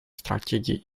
стратегий